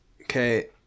Okay